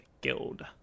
Guild